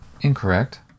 incorrect